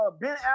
Ben